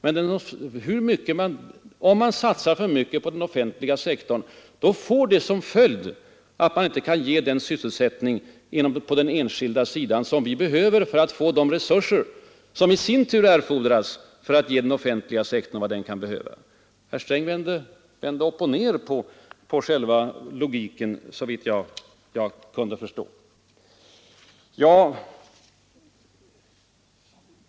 Men om man satsar för mycket på den offentliga sektorn, får det som följd att man inte kan ge den sysselsättning på den enskilda sidan som vi behöver för att få de resurser som i sin tur erfordras för att ge den offentliga sektorn vad den kan behöva. Herr Sträng vänder upp och ner på själva logiken, såvitt jag kan förstå.